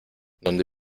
donde